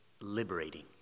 liberating